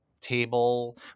table